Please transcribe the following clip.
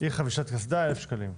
חבישת קסדה, 1,000 שקלים.